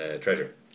treasure